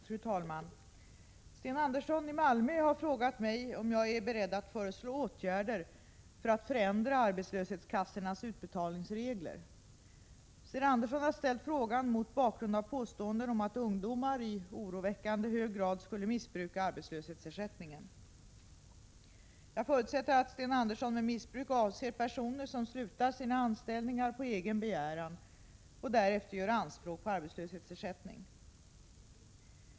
Fru talman! Sten Andersson i Malmö har frågat mig om jag är beredd att föreslå åtgärder för att förändra arbetslöshetskassornas utbetalningsregler. Sten Andersson har ställt frågan mot bakgrund av påståenden om att ungdomar i oroväckande hög grad skulle missbruka arbetslöshetsersättningen, Jag förutsätter att Sten Andersson med missbruk avser personer som slutar sina anställningar på egen begäran och därefter gör anspråk på arbetslöshetsersättning.